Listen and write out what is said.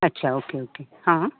अच्छा okay okay हां